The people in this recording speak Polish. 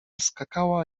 skakała